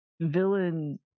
villain